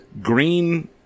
green